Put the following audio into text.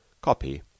Copy